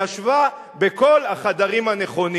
היא ישבה בכל החדרים הנכונים.